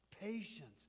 Patience